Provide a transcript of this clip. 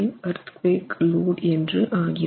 75 EL என்று ஆகிறது